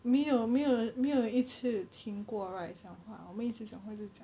没有没有没有一次停过 right 讲话我们一直讲话一直讲